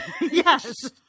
Yes